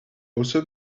also